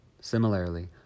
Similarly